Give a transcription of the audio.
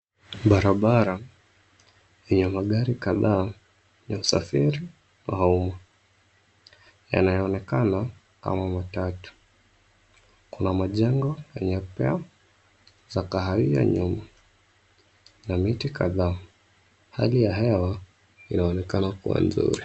Barabara yenye magari kadhaa ya usafiri au yanayoonekana kama matatu. Kuna majengo yenye paa za kahawia nyuma na miti kadhaa . Hali ya hewa inaonekana kuwa nzuri.